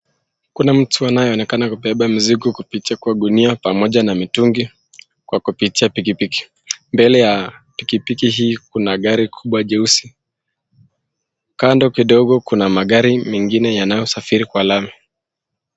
Kuna mtu anayeonekana kubeba mzigo kipitia kwa gunia pamoja na mitungi kwa kipitia pikipiki. Mbele ya pikipiki hii kuna gari kubwa jeusi kando kidogo kuna magari mengine yanayo safiri kwa lami.